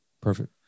Perfect